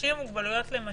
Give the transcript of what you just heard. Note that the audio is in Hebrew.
אנשים עם מוגבלויות, למשל,